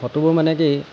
ফটোবোৰ মানে কি